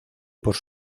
por